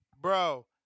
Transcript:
Bro